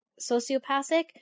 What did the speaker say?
sociopathic